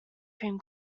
cream